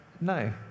No